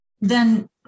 then-